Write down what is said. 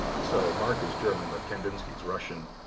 so marc is german, but kandinsky is russian.